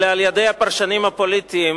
אלא על-ידי הפרשנים הפוליטיים,